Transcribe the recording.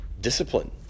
discipline